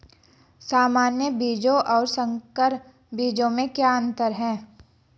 सामान्य बीजों और संकर बीजों में क्या अंतर है?